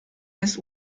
des